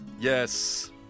Yes